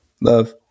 love